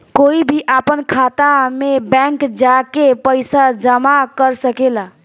कोई भी आपन खाता मे बैंक जा के पइसा जामा कर सकेला